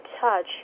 Touch